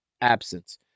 absence